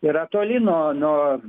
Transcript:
yra toli nuo nuo